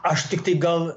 aš tiktai gal